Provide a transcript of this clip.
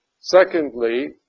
Secondly